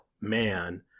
man